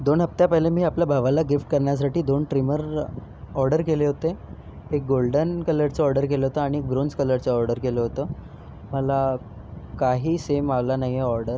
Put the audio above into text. दोन हप्त्यापहिले मी आपल्या भावाला गिफ्ट करण्यासाठी दोन ट्रीमर ऑर्डर केले होते एक गोल्डन कलरचं ऑर्डर केलं होतं आणि एक ब्राेंझ कलरचं ऑर्डर केलं होतं मला काही सेम आलं नाही आहे ऑर्डर